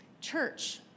church